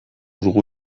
dugu